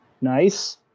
Nice